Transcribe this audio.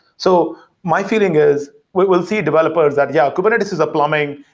so my feeling is we'll see developers that, yeah, kubernetes is a plumbing.